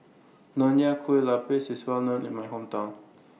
Nonya Kueh Lapis IS Well known in My Hometown